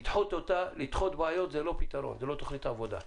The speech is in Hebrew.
לדחות בעיות זה לא פתרון, זאת לא תוכנית עבודה.